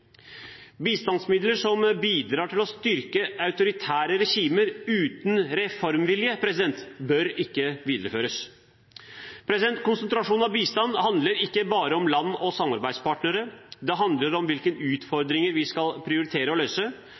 Bistandsmidler som bidrar til å styrke autoritære regimer uten reformvilje, bør ikke videreføres. Konsentrasjonen av bistand handler ikke bare om land og samarbeidspartnere. Det handler om hvilke utfordringer vi skal prioritere å løse.